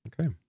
Okay